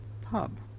pub